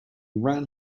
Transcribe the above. ran